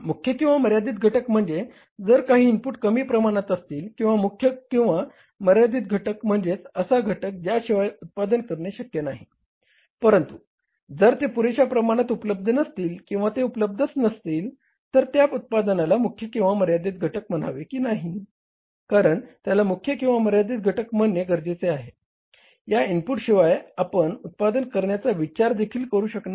मुख्य किंवा मर्यादित घटक म्हणजे जर काही इनपुट कमी प्रमाणात असतील किंवा मुख्य किंवा मर्यादित घटक म्हणजे असा घटक ज्याशिवाय उत्पादन करणे शक्य नाही परंतु जर ते पुरेशा प्रमाणात उपलब्ध नसतील किंवा ते उपलब्धच नसतील तर त्या उत्पादनाला मुख्य किंवा मर्यादित घटक म्हणावे की नाही कारण त्याला मुख्य किंवा मर्यादित घटक म्हणणे गरजेचे आहे या इनपुटशिवाय आपण उत्पादन करण्याचा विचार देखील करू शकणार नाही